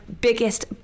biggest